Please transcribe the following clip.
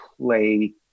play